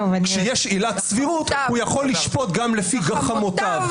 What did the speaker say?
כשיש עילת סבירות הוא יכול לשפוט גם לפי גחמותיו.